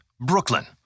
Brooklyn